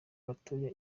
gatoya